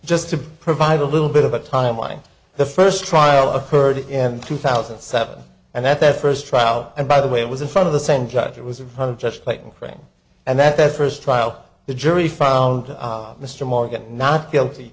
just to provide a little bit of a timeline the first trial occurred in two thousand and seven and that that first trial and by the way it was in front of the same judge it was a fun just playing frank and that that first trial the jury found mr morgan not guilty